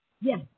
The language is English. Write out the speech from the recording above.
Yes